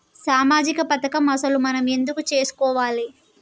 సామాజిక పథకం అసలు మనం ఎందుకు చేస్కోవాలే?